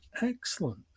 Excellent